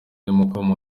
w’amafilime